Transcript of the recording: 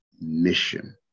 mission